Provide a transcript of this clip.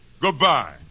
Goodbye